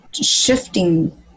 shifting